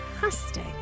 fantastic